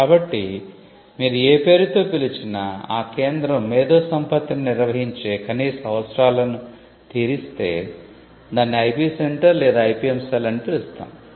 కాబట్టి మీరు ఏ పేరుతో పిలిచినా ఆ కేంద్రం మేధో సంపత్తిని నిర్వహించే కనీస అవసరాలను తీరిస్తే దానిని ఐపి సెంటర్ లేదా ఐపిఎం సెల్ అని పిలుస్తాము